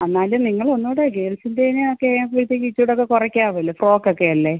എന്നാലും നിങ്ങൾ ഒന്നുകൂടെ ഗേൾസിൻറേനൊക്കെയും ഇത് ഇത്തിരി കൂടെയൊക്കെ കുറയ്ക്കാമല്ലോ ഫ്രോക്ക് ഒക്കെ അല്ലേ